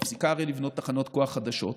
הרי חברת חשמל מפסיקה לבנות תחנות כוח חדשות.